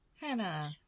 Hannah